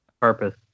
purpose